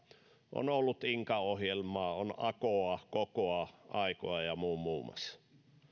on ollut inka ohjelmaa on akoa kokoa ja aikoa muun muassa